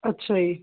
ਅੱਛਾ ਜੀ